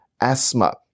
asthma